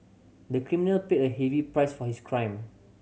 the criminal paid a heavy price for his crime